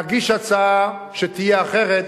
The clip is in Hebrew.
נגיש הצעה שתהיה אחרת,